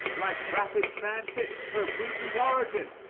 like rapid transit, are of recent origin,